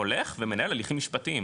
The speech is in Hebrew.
הולך ומנהל הליכים משפטיים,